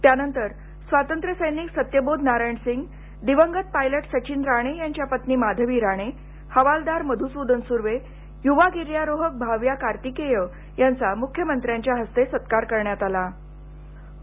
त्यानंतर स्वातंत्र्य सैनिक सत्यबोध नारायण सिंग दिवंगत पायलट सचिन राणे यांच्या पत्नी माधवी राणे हवालदार मधुसुदन सुर्वे युवा गिर्यारोहक भाव्या कार्तिकेय यांचा मुख्यमंत्र्यांच्या हस्ते सत्कार केला गेला